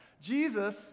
Jesus